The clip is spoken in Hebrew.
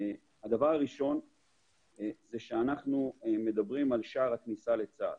הדבר הראשון שאנחנו מדברים עליו הוא שער הכניסה לצה"ל.